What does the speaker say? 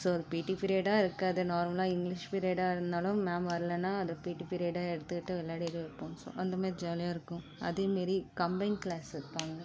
so அது PT பீரியடாக இருக்காது நார்மலாக இங்கிலிஷ் பீரியடாக இருந்தாலும் மேம் வரலேன்னா அது பீட்டி பீரியட்டா எடுத்துக்கிட்டு விளையாடிகிட்டு இருப்போம் ஸோ அந்த மாதிரி ஜாலியாக இருக்கும் அதே மாரி கம்பைன் கிளாஸு வைப்பாங்க